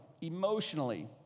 emotionally